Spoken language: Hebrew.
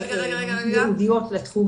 הכשרות ייעודיות לתחום הזה.